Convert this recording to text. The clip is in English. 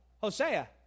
Hosea